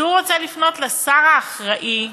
כשהוא רוצה לפנות לשר האחראי,